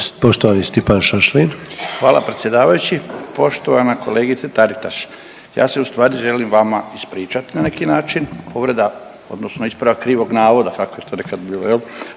**Šašlin, Stipan (HDZ)** Hvala predsjedavajući. Poštovana kolegice Taritaš. Ja se ustvari želim vama ispričati na neki način, povreda, odnosno ispravak krivog navoda kako je to nekad bilo, je